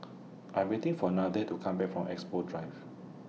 I'm waiting For Nathanael to Come Back from Expo Drive